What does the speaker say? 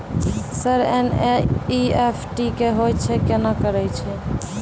Sir NEFT की होय छै, केना करे छै?